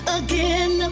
again